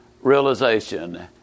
realization